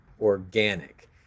organic